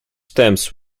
stamps